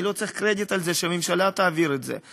אני לא צריך קרדיט על זה, שהממשלה תעביר את זה.